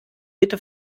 bitte